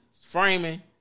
Framing